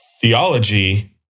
theology